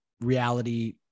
reality